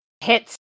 Hits